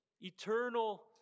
eternal